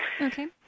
Okay